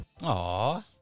Aww